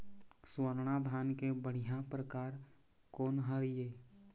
स्वर्णा धान के बढ़िया परकार कोन हर ये?